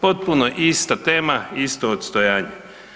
Potpuno ista tema, isto odstojanje.